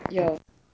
有